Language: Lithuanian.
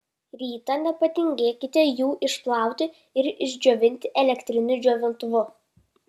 rytą nepatingėkite jų išplauti ir išdžiovinti elektriniu džiovintuvu